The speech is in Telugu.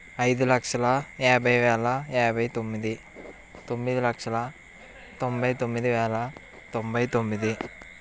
ఐదు లక్షల యాభై వేల యాభై తొమ్మిది తొమ్మిది లక్షల తొంభై తొమ్మిది వేల తొంబై తొమ్మిది